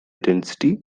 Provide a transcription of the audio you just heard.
density